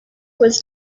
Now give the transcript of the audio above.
was